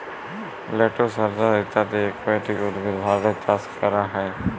lettuce, hyacinth ইত্যদি aquatic উদ্ভিদ ভারতে চাস ক্যরা হ্যয়ে